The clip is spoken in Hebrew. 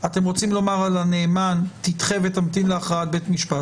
אתם רוצים לומר על הנאמן תדחה ותמתין להכרעת בית משפט?